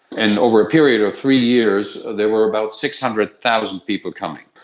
in over a period of three years there were about six hundred thousand people coming,